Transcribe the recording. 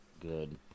Good